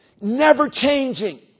never-changing